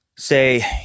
Say